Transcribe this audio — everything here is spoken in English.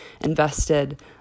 invested